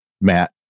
Matt